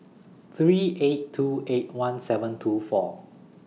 three eight two eight one seven two four